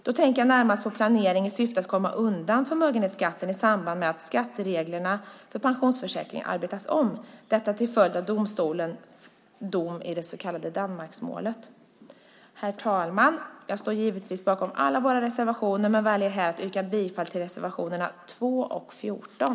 Jag tänker då närmast på planering i syfte att komma undan förmögenhetsskatten i samband med att skattereglerna för pensionsförsäkring arbetas om; detta till följd av EG-domstolens dom i det så kallade Danmarksmålet. Herr talman! Jag står givetvis bakom alla våra reservationer men väljer här att yrka bifall till reservationerna 2 och 14.